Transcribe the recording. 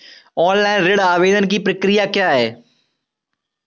Online ऋण आवेदन की प्रक्रिया क्या है?